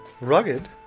rugged